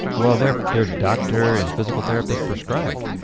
well they're they're doctor and physical therapist prescribed.